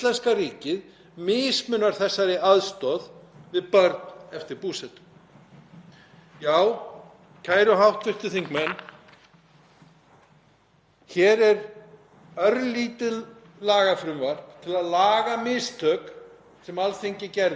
Hér er örlítið lagafrumvarp til að laga mistök sem Alþingi gerði fyrir 20 árum, örlítið frumvarp sem kostar ríkið ekki eina krónu